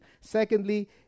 Secondly